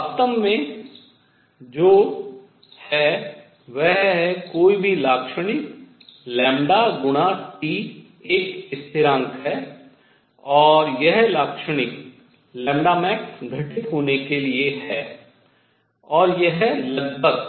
वास्तव में जो तथ्य है वह है कोई भी लाक्षणिक λ गुणा T एक स्थिरांक है और यह लाक्षणिक max घटित होने के लिए है और यह लगभग